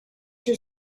your